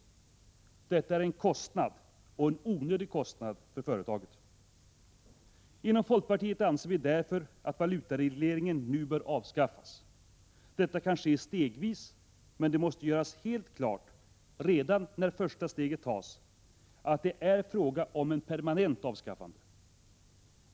Detta är en kostnad — och en onödig kostnad — för företaget. Inom folkpartiet anser vi därför att valutaregleringen nu bör avskaffas. Detta kan ske stegvis. Men det måste göras helt klart, redan när första steget tas, att det är fråga om ett permanent avskaffande.